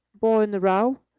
boy in the row.